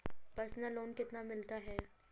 Personal loan कितना मिलता है?